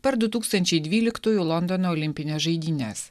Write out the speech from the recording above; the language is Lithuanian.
per du tūkstančiai dvyliktųjų londono olimpines žaidynes